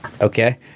Okay